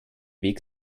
weg